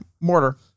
Mortar